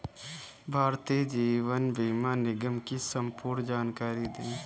भारतीय जीवन बीमा निगम की संपूर्ण जानकारी दें?